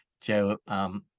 Joe